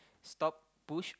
stop push